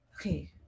okay